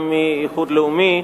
גם מהאיחוד הלאומי,